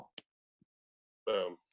Boom